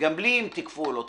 גם בלי אם תיקפו או לא תיקפו,